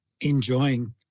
enjoying